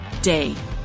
day